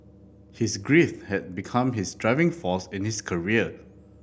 his grief had become his driving force in his career